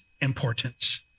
importance